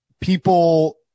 people –